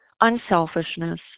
unselfishness